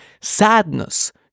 sadness